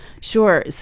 Sure